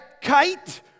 kite